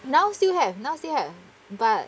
now still have now still have but